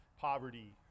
poverty